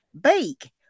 bake